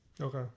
Okay